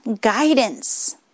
guidance